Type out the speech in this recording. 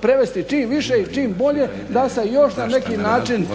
prevesti čim više i čim bolje, da se još na neki način